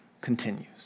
continues